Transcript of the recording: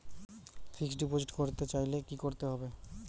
Fixed deposit করতে চাইলে কি করতে হবে?